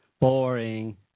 Boring